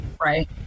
right